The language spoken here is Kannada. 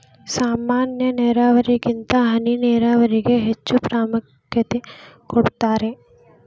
ಸಾಮಾನ್ಯ ನೇರಾವರಿಗಿಂತ ಹನಿ ನೇರಾವರಿಗೆ ಹೆಚ್ಚ ಪ್ರಾಮುಖ್ಯತೆ ಕೊಡ್ತಾರಿ